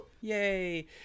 Yay